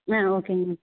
ஆ ஓகேங்க மேம்